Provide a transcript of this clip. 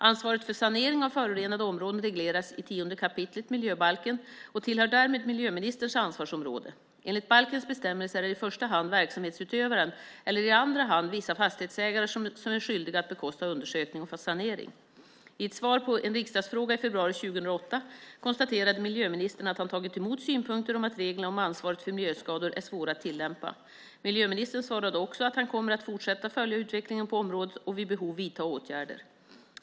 Ansvaret för sanering av förorenade områden regleras i 10 kap. miljöbalken och tillhör därmed miljöministerns ansvarsområde. Enligt balkens bestämmelser är det i första hand verksamhetsutövaren, eller i andra hand vissa fastighetsägare, som är skyldiga att bekosta undersökning och sanering. I ett svar på en riksdagsfråga i februari 2008 konstaterade miljöministern att han tagit emot synpunkter om att reglerna om ansvaret för miljöskador är svåra att tillämpa. Miljöministern svarade också att han kommer att fortsatt följa utvecklingen på området och vid behov vidta åtgärder.